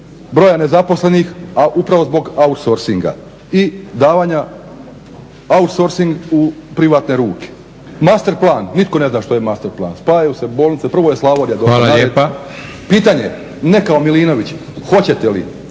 broja nezaposlenih a upravo zbog outsourcinga i davanja ouotsourcing u privatne ruke. Master plan, nitko ne zna šta je master plan, prvo je Slavonija itd. Pitanje, ne kao Milinović, hoćete li